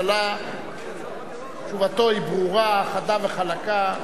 תשובתו היא ברורה, חדה וחלקה.